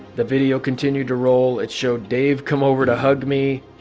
the video continued to roll. it showed dave come over to hug me.